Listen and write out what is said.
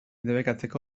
debekatzeko